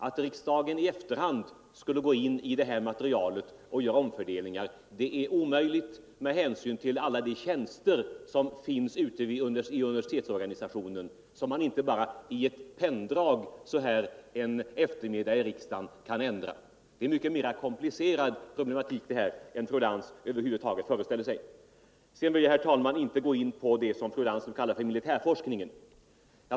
Det är omöjligt för riksdagen att i efterhand göra omfördelningar med hänsyn bl.a. till alla de tjänster som finns ute i universitetsorganisationen, vilka man inte bara med ett penndrag så här en eftermiddag i riksdagen kan ändra. Detta är en mycket mer komplicerad problematik än vad fru Lantz över huvud taget föreställer sig. Jag vill inte, herr talman, gå in på det som fru Lantz kallar militärforskningen.